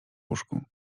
łóżku